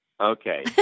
Okay